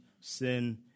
sin